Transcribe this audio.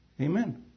Amen